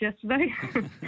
yesterday